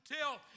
Tell